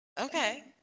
okay